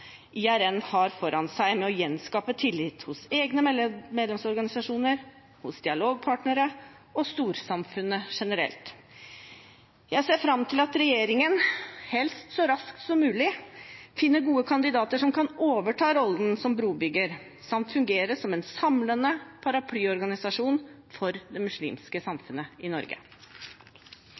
IRN har foran seg med å gjenskape tillit hos egne medlemsorganisasjoner, dialogpartnere og storsamfunnet generelt. Jeg ser fram til at regjeringen, helst så raskt som mulig, finner gode kandidater som kan overta rollen som brobygger samt fungere som en samlende paraplyorganisasjon for det muslimske samfunnet i Norge.